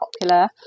popular